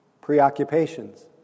preoccupations